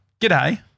G'day